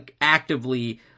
actively